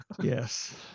yes